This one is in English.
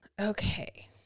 Okay